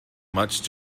much